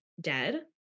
dead